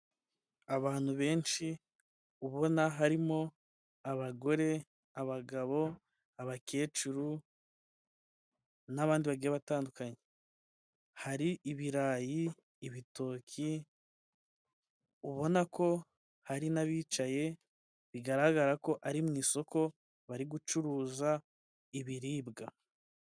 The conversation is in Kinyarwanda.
Abantu benshi ubona harimo abagore, abagabo, abakecuru n'abandi bagiye batandukanye. Hari ibirayi, ibitoki ubona ko hari n'abicaye bigaragara ko ari mu isoko bari gucuruza ibiribwa.